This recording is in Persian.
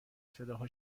صداها